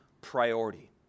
priority